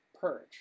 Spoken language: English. Purge